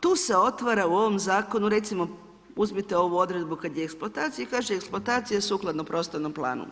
Tu se otvara u ovom zakonu, recimo uzmite ovu odredbu kad je eksploatacija, kaže eksploatacija sukladno prostornog planu.